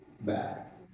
back